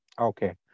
Okay